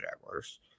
Jaguars